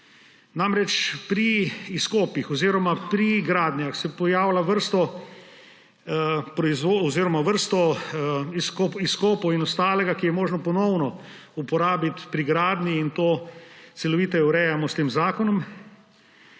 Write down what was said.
Pri izkopih oziroma pri gradnjah se namreč pojavlja vrsta izkopov in ostalega, kar je možno ponovno uporabiti pri gradnji. To celoviteje urejamo s tem zakonom.